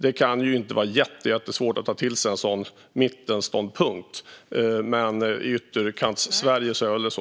Det kan inte vara jättesvårt att ta till sig en sådan mittenståndpunkt, men i Ytterkantssverige är det väl så.